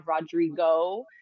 Rodrigo